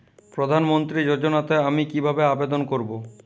প্রধান মন্ত্রী যোজনাতে আমি কিভাবে আবেদন করবো?